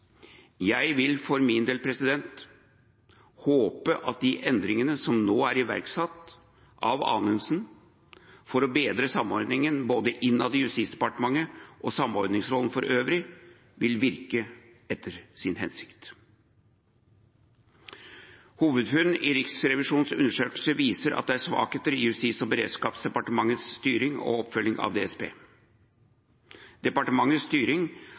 Jeg vil for min del håpe at de endringene som nå er iverksatt av Anundsen for å bedre samordningen både innad i Justis- og beredskapsdepartementet og samordningsrollen for øvrig, vil virke etter hensikten. Hovedfunn i Riksrevisjonens undersøkelse viser at det er svakheter ved Justis- og beredskapsdepartementets styring og oppfølging av DSB. Departementets styring